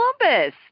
Columbus